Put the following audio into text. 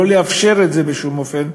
שלא לאפשר את זה בשום אופן.